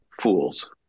fools